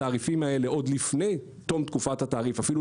בתעריף אתה עושה את זה לאורך שנים,